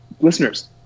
listeners